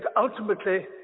ultimately